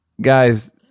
guys